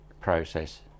process